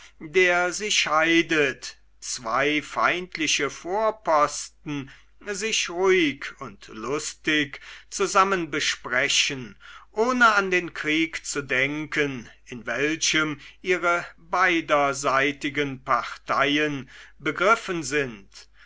der sie scheidet zwei feindliche vorposten sich ruhig und lustig zusammen besprechen ohne an den krieg zu denken in welchem ihre beiderseitigen parteien begriffen sind